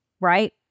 right